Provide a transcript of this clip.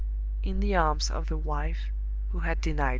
in the arms of the wife who had denied him.